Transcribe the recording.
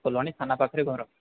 ଫୁଲବାଣୀ ଥାନା ପାଖରେ ଘର